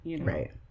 Right